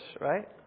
right